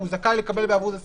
והוא זכאי לקבל בעבור זה שכר,